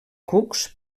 cucs